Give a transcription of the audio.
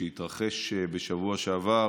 שהתרחש בשבוע שעבר,